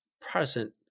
Protestant